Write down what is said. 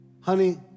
honey